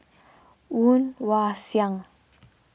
Woon Wah Siang